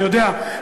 אתה יודע,